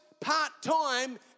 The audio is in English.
part-time